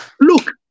Look